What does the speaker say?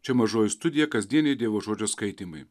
čia mažoji studija kasdieniai dievo žodžio skaitymai